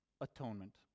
atonement